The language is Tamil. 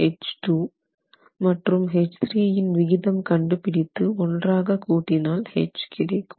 H1H2 மற்றும் H3 இன் விகிதம் கண்டு பிடித்து ஒன்றாக கூட்டினால் H கிடைக்கும்